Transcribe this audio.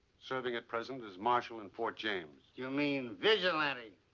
serving at present as marshal in port james. you mean, vigilante,